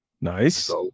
Nice